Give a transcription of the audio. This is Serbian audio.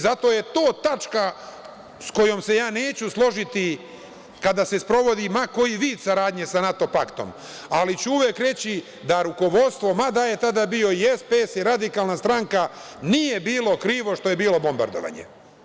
Zato je to tačka sa kojom se neću složiti kada se sprovodi ma koji vid saradnje sa NATO paktom, ali ću uvek reći da rukovodstvo, mada je tada bio i SPS i radikalna stranka, nije bilo krivo što je bilo bombardovanje.